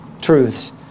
truths